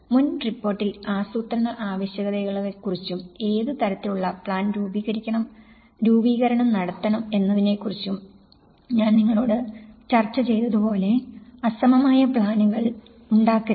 മുൻ റിപ്പോർട്ടിൽ ആസൂത്രണ ആവശ്യകതകളെക്കുറിച്ചും ഏത് തരത്തിലുള്ള പ്ലാൻ രൂപീകരിക്കണം നടത്തണം എന്നതിനെക്കുറിച്ചും ഞാൻ നിങ്ങളോട് ചർച്ച ചെയ്തതുപോലെ അസമമായ പ്ലാനുകൾ ഉണ്ടാക്കരുത്